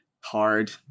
hard